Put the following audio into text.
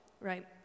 right